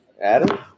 Adam